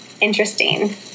interesting